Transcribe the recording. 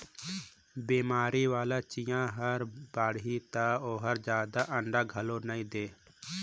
बेमारी वाला चिंया हर बाड़ही त ओहर जादा अंडा घलो नई दे